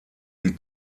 die